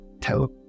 tell